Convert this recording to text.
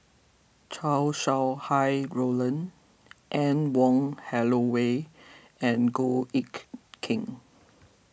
Chow Sau Hai Roland Anne Wong Holloway and Goh Eck Kheng